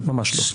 ממש לא.